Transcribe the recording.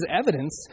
evidence